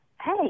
Hey